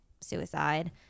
suicide